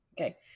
Okay